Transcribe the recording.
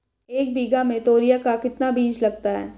एक बीघा में तोरियां का कितना बीज लगता है?